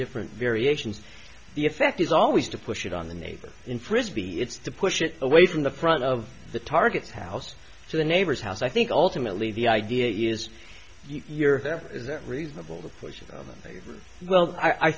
different variations the effect is always to push it on the neighbor in fridge b it's to push it away from the front of the target house to the neighbor's house i think ultimately the idea is your is it reasonable